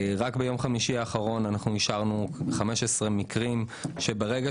רק ביום חמישי האחרון אישרנו 15 מקרים שברגע